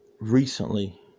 recently